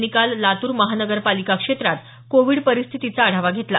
यांनी काल लातूर महानगरपालिका क्षेत्रात कोविड परिस्थितीचा आढावा घेतला